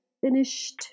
finished